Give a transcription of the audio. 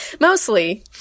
Mostly